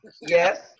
Yes